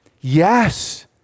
Yes